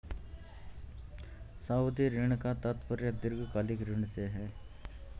सावधि ऋण का तात्पर्य दीर्घकालिक ऋण से है